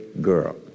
girl